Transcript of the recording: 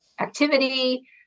Activity